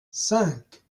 cinq